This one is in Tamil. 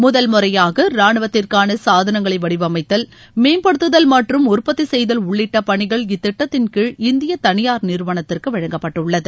முதல்முறையாக ராணுவத்திற்கான சாதனங்களை வடிவமைத்தல் மேம்படுத்துதல் மற்றும் உற்பத்தி செய்தல் உள்ளிட்ட பணிகள் இத்திட்டத்தின் கீழ் இந்திய தனியார் நிறுவனத்திற்கு வழங்கப்பட்டுள்ளது